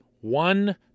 one